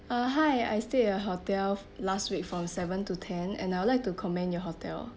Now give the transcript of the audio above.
uh hi I stayed your hotel last week from seven to ten and I would like to commend your hotel